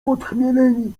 podchmieleni